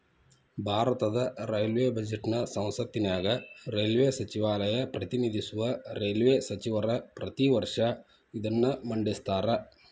ಭಾರತದ ರೈಲ್ವೇ ಬಜೆಟ್ನ ಸಂಸತ್ತಿನ್ಯಾಗ ರೈಲ್ವೇ ಸಚಿವಾಲಯ ಪ್ರತಿನಿಧಿಸುವ ರೈಲ್ವೇ ಸಚಿವರ ಪ್ರತಿ ವರ್ಷ ಇದನ್ನ ಮಂಡಿಸ್ತಾರ